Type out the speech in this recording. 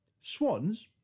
swans